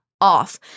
off